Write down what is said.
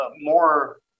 more